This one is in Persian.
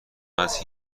است